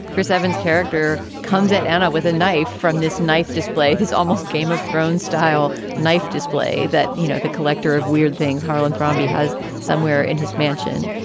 chris evans character comes at anna with a knife from this knife display. it's almost game of thrones style knife display that, you know, the collector of weird things, harlan thrombin, has somewhere in his mansion.